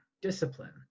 discipline